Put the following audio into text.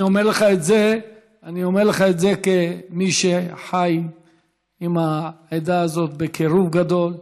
אני אומר לך את זה כמי שחי עם העדה הזאת בקירוב גדול.